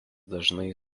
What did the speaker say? dažnai